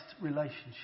relationship